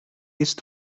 ist